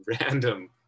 random